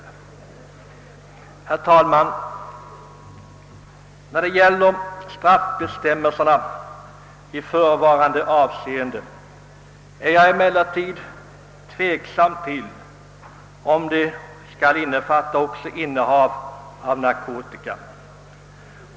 Herr talman! När det gäller straffbestämmelserna i förevarande avseende är jag emellertid tveksam, huruvida de skall innefatta också innehav av narkotika.